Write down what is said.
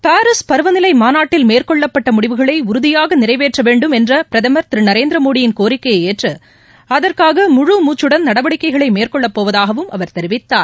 Paris பருவநிலை மாநாட்டில் மேற்கொள்ளப்பட்ட முடிவுகளை உறுதியாக நிறைவேற்ற வேண்டும் என்ற பிரதமர் திரு நரேந்திர மோடியின் கோரிக்கையை ஏற்று அதற்காக முழு மூச்சுடன் நடவடிக்கைகளை மேற்கொள்ளப் போவதாகவும் அவர் தெரிவித்தார்